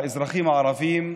האזרחים הערבים,